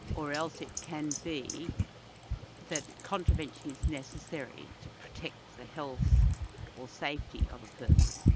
or else it can be that contravention is necessary to protect the health or safety of a person.